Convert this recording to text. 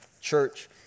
church